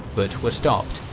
but were stopped,